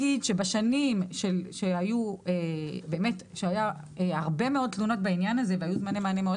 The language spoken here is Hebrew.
בשנים שהיו הרבה מאוד תלונות בעניין הזה וזמני המענה היו מאוד